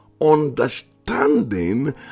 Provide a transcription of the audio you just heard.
Understanding